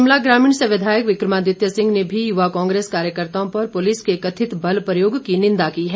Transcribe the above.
शिमला ग्रामीण से विधायक विक्रमादित्य सिंह ने भी युवा कांग्रेस कार्यकर्ताओं पर पुलिस के कथित बल प्रयोग की निंदा की है